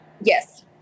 Yes